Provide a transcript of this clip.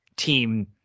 Team